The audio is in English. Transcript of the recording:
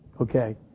Okay